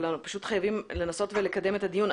אבל אנחנו חייבים לנסות לקדם את הדיון.